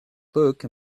book